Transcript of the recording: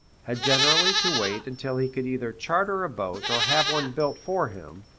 had generally to wait until he could either charter a boat or have one built for him,